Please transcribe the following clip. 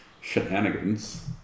shenanigans